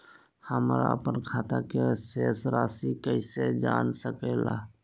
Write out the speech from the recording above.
हमर अपन खाता के शेष रासि कैसे जान सके ला?